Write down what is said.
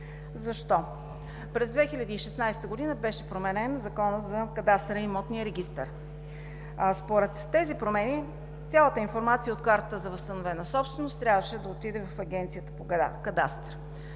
Защо? През 2016 г. беше променен Законът за кадастъра и имотния регистър. Според тези промени цялата информация от картата за възстановена собственост трябваше да отиде в Агенцията по кадастъра.